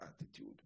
attitude